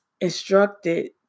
instructed